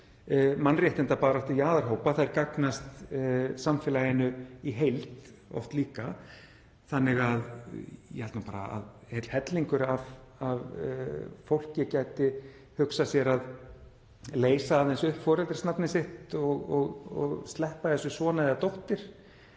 mannréttindabaráttu jaðarhópa. Þær gagnast samfélaginu í heild oft líka, þannig að ég held nú bara að heill hellingur af fólki gæti hugsað sér að leysa aðeins upp foreldrisnafnið sitt og sleppa þessu -son eða -dóttir,